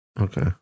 Okay